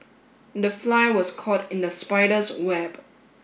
the fly was caught in the spider's web